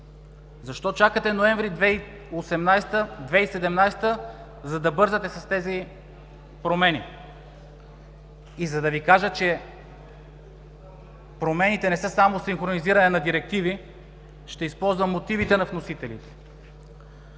Защо чакате ноември 2017 г., за да бързате с тези промени? И за да Ви кажа, че промените не са само синхронизиране на директиви, ще използвам мотивите на вносителите.